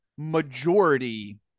majority